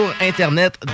Internet